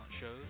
shows